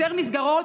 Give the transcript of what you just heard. יותר מסגרות,